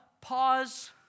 pause